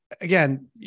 again